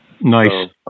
Nice